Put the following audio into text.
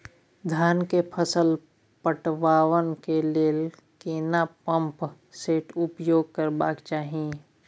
धान के फसल पटवन के लेल केना पंप सेट उपयोग करबाक चाही?